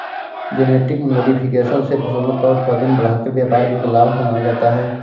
genetic modification से फसलों का उत्पादन बढ़ाकर व्यापार में लाभ कमाया जाता है